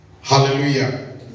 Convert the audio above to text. Hallelujah